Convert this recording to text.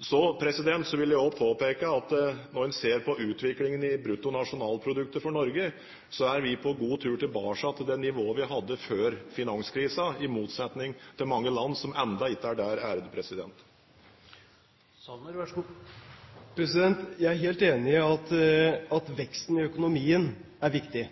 Så vil jeg også påpeke at når en ser på utviklingen i bruttonasjonalproduktet for Norge, er vi på god tur tilbake til det nivået vi hadde før finanskrisen, i motsetning til mange land som ennå ikke er der. Jeg er helt enig i at veksten i økonomien er viktig,